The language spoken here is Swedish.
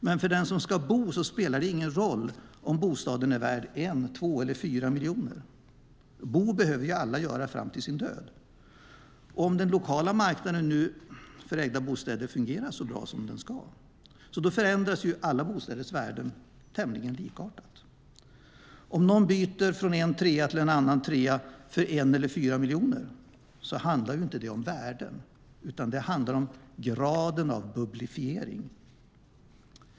Men för den som ska bo spelar det ingen roll om bostaden är värd 1, 2, 3 eller 4 miljoner, för bo behöver alla göra fram till sin död. Om den lokala marknaden för ägda bostäder fungerar så bra som den ska förändras alla bostäders värde tämligen likartat. Om någon byter från en trea till en annan trea för 1 eller 4 miljoner handlar det inte om värden, utan det handlar om graden av bubblifiering.